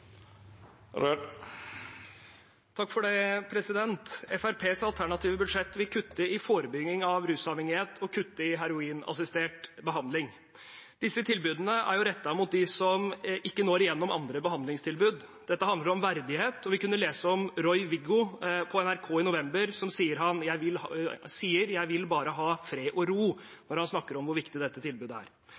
alternative budsjett vil en kutte i forebygging av rusavhengighet og kutte i heroinassistert behandling. Disse tilbudene er rettet mot dem som ikke når igjennom til andre behandlingstilbud. Dette handler om verdighet. I november kunne vi lese på NRK om Roy Viggo, som sa at han bare ville ha fred og ro, når han snakket om hvor viktig dette tilbudet er.